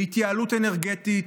בהתייעלות אנרגטית,